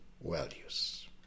values